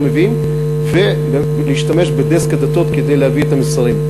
מביאים ולהשתמש בדסק הדתות כדי להביא את המסרים.